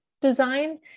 design